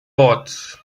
bord